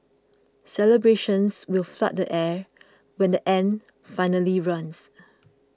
celebrations will flood the air when the end finally runs